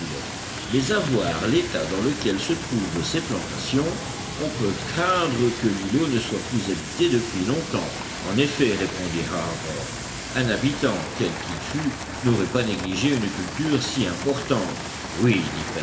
mais à voir l'état dans lequel se trouvent ces plantations on peut craindre que l'îlot ne soit plus habité depuis longtemps en effet répondit harbert un habitant quel qu'il fût n'aurait pas négligé une culture si importante oui